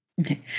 Okay